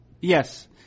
yes